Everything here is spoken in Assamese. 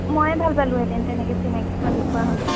ময়ে ভাল পালোঁহেঁতেন তেনেকে চিনাকী ছোৱালী পোৱা হ'লে